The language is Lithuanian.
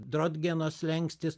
drodgeno slenkstis